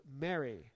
Mary